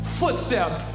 footsteps